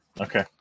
okay